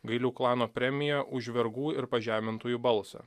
gailių klano premija už vergų ir pažemintųjų balsą